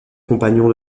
compagnon